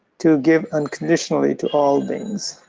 to give unconditionally to all beings.